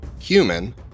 human